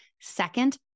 Second